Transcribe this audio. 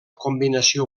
combinació